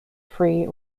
free